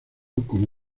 como